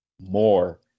more